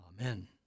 Amen